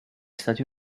stati